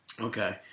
Okay